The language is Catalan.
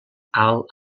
alt